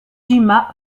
jima